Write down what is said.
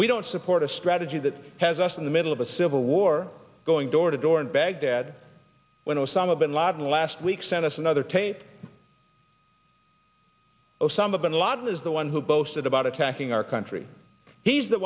we don't support a strategy that has us in the middle of a civil war going door to door in baghdad when osama bin laden last week sent us another tape osama bin ladin is the one who boasted about attacking our country he's the